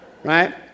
right